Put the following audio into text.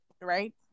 right